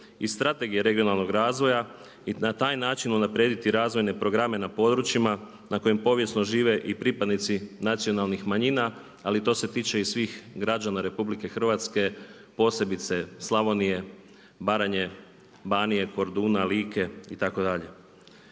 i strategije regionalnog razvoja i na taj način unaprijediti razvojne programe na područjima na kojem povijesno žive i pripadnici nacionalnih manjina ali to se tiče i svih građana RH posebice Slavonije, Baranje, Banije, Korduna, Like itd..